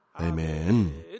Amen